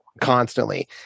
constantly